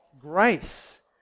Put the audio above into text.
grace